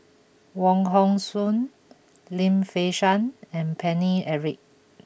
Wong Hong Suen Lim Fei Shen and Paine Eric